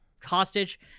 hostage